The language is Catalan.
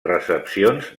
recepcions